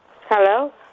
Hello